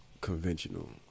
conventional